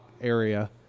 area